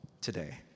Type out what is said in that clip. today